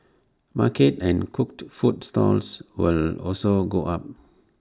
market and cooked food stalls will also go up